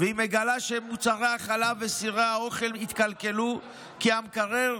והיא מגלה שמוצרי החלב וסירי האוכל התקלקלו כי המקרר